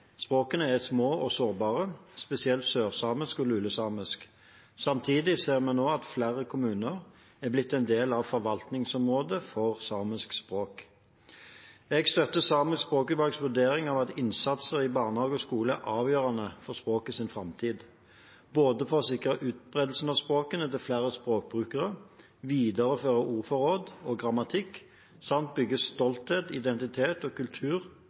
små og sårbare, spesielt sørsamisk og lulesamisk. Samtidig ser vi nå at flere kommuner er blitt en del av forvaltningsområdet for samiske språk. Jeg støtter Samisk språkutvalgs vurdering av at innsatsen i barnehage og skole er avgjørende for språkenes framtid – for både å sikre utbredelsen av språkene til flere språkbrukere og videreføre ordforråd og grammatikk samt bygge stolthet, identitet og kultur